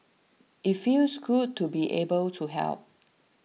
it feels good to be able to help